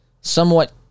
somewhat